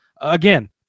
Again